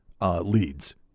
leads